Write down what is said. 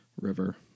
river